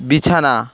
বিছানা